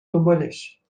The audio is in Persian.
دنبالش